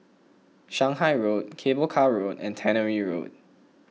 Shanghai Road Cable Car Road and Tannery Road